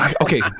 Okay